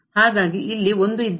ಹಾಗಾಗಿ ಇದ್ದಲ್ಲಿ